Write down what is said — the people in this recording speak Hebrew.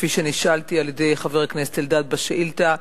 כפי שנשאלתי על-ידי חבר הכנסת אלדד בשאילתא,